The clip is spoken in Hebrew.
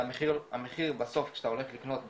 והמחיר בסוף, כשאתה הולך לקנות בסופר,